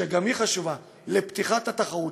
וגם היא חשובה לפתיחת התחרות,